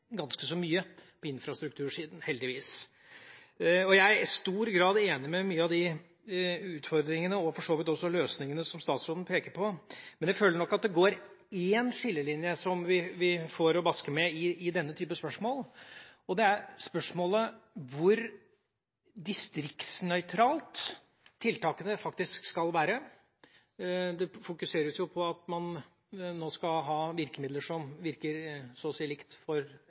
ganske mye på infrastruktursiden – heldigvis. Jeg er i stor grad enig i mange av de utfordringene og for så vidt også løsningene statsråden peker på, men jeg føler nok at det går én skillelinje som vi får å bakse med i denne type spørsmål, og det er spørsmålet om hvor distriktsnøytrale tiltakene skal være. Det fokuseres på at man nå skal ha virkemidler som virker så å si likt for